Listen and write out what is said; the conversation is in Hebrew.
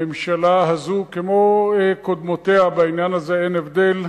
הממשלה הזאת, כמו קודמותיה, ובעניין הזה אין הבדל,